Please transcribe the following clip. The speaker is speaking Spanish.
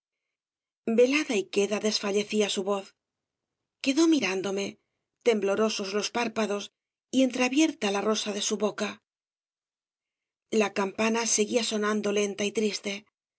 velada y queda desfallecía su voz quedó mirándome temblorosos los párpados y entreabierta la rosa de su boca la campana íío s obras de valle i n clan seguía sonando lenta y triste